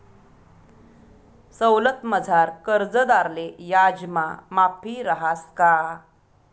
सवलतमझार कर्जदारले याजमा माफी रहास का?